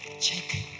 check